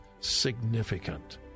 significant